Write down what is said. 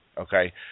Okay